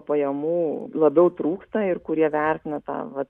pajamų labiau trūksta ir kurie vertina tą vat